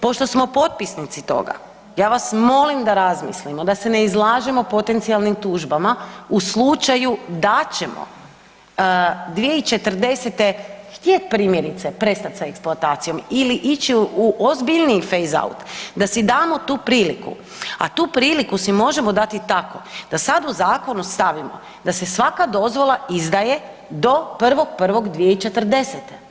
Pošto smo potpisnici toga ja vas molim da razmislimo, da se ne izlažemo potencijalnim tužbama u slučaju da ćemo 2040. htjeti primjerice prestati sa eksploatacijom ili ići u ozbiljniji phaze out, da si damo tu priliku a tu priliku si možemo dati tako da sad u zakonu stavimo da se svaka dozvola izdaje do 1.1.2040.